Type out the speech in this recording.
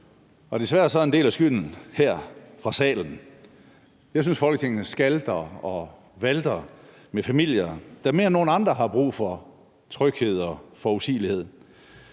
Desværre ligger en del af skylden her i salen. Jeg synes, Folketinget skalter og valter med familier, der mere end nogen andre har brug for tryghed og forudsigelighed.